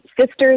sisters